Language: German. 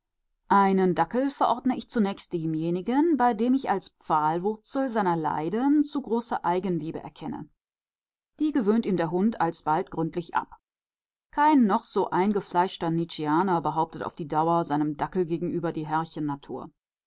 einen dackel verordne ich zunächst demjenigen bei dem ich als pfahlwurzel seiner leiden zu große eigenliebe erkenne die gewöhnt ihm der hund alsbald gründlich ab kein noch so eingefleischter nietzschianer behauptet auf die dauer seinem dackel gegenüber die